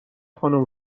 خانم